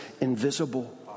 invisible